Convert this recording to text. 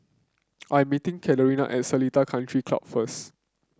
I'm meeting Catherine at Seletar Country Club first